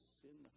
sin